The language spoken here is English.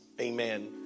amen